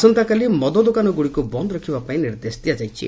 ଆସନ୍ତାକାଲି ମଦ ଦୋକାନଗୁଡ଼ିକୁ ବନ୍ଦ ରଖିବା ପାଇଁ ନିର୍ଦ୍ଦେଶ ଦିଆଯାଇଛି